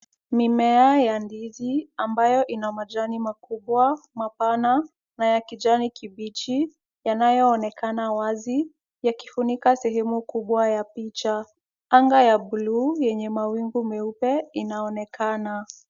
Mimea ya ndizi ambayo ina majani makubwa, mapana na ya kijani kibichi, yanayoonekana wazi yakifunika sehemu kubwa ya picha. Anga ya blue yenye mawingi meupe inaonekana.